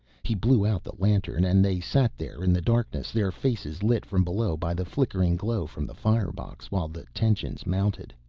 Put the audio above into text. he blew out the lantern and they sat there in the darkness, their faces lit from below by the flickering glow from the firebox, while the tension mounted.